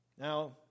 Now